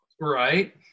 Right